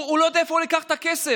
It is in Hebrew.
הוא לא יודע מאיפה הוא ייקח את הכסף,